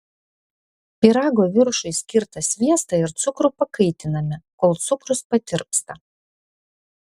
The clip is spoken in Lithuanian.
pyrago viršui skirtą sviestą ir cukrų pakaitiname kol cukrus patirpsta